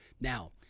Now